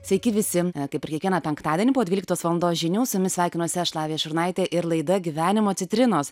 sveiki visi kaip ir kiekvieną penktadienį po dvyliktos valandos žinių su jumis sveikinuosi aš lavija šurnaitė ir laida gyvenimo citrinos